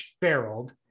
barreled